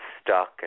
stuck